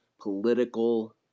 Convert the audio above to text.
political